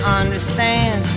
understand